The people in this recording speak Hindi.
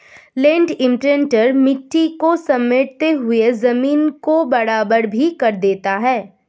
लैंड इम्प्रिंटर मिट्टी को समेटते हुए जमीन को बराबर भी कर देता है